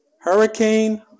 Hurricane